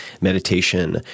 meditation